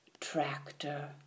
tractor